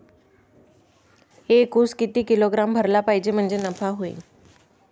एक उस किती किलोग्रॅम भरला पाहिजे म्हणजे नफा होईन?